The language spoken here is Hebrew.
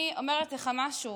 אני אומרת לך משהו,